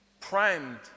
primed